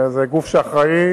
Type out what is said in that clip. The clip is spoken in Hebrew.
זה גוף שאחראי